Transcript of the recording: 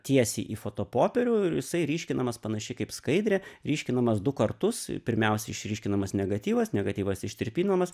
tiesiai į fotopopierių ir jisai ryškinamas panašiai kaip skaidrė ryškinamas du kartus pirmiausia išryškinamas negatyvas negatyvas ištirpinamas